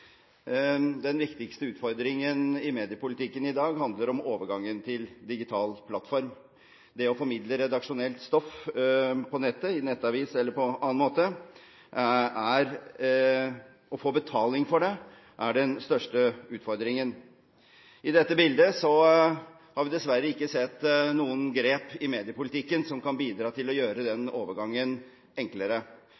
Den viktigste utfordringen i mediepolitikken i dag handler om overgangen til digital plattform. Det å formidle redaksjonelt stoff på nettet – i nettavis eller på annen måte – og få betaling for det er den største utfordringen. I dette bildet har vi dessverre ikke sett noen grep i mediepolitikken som kan bidra til å gjøre den